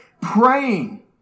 praying